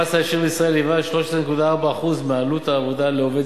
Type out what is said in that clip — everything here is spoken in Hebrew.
המס הישיר בישראל היווה כ-13.4% מעלות העבודה לעובד